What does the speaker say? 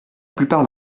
plupart